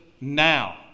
now